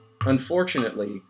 Unfortunately